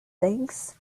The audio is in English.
things